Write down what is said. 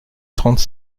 trente